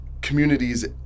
communities